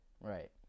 right